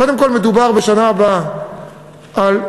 קודם כול מדובר בשנה הבאה על,